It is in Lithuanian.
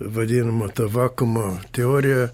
vadinama ta vakuumo teorija